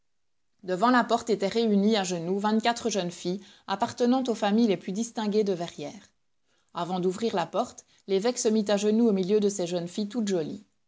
devant la porte étaient réunies à genoux vingt-quatre jeunes filles appartenant aux familles les plus distinguées de verrières avant d'ouvrir la porte l'évêque se mit à genoux au milieu de ces jeunes filles toutes jolies